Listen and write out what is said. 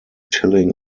tilling